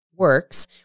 works